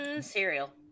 Cereal